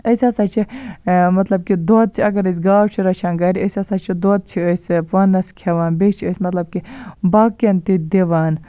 أسۍ ہَسا چھِ مطلب کہِ دۄد چھِ اَگر أسۍ گاو چھِ رَچھان گَرِ أسۍ ہَسا چھِ دۄد چھِ أسۍ پانَس کھٮ۪وان بیٚیہِ چھِ أسۍ مطلب کہِ باقٮ۪ن تہِ دِوان